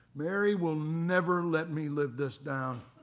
mary will never let me live this down,